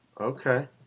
Okay